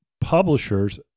publishers